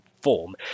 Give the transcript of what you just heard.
form